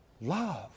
love